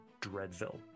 Dreadville